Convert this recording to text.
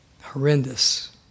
Horrendous